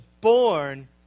born